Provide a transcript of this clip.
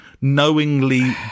knowingly